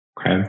Okay